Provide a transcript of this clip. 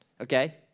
Okay